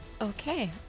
Okay